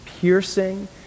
piercing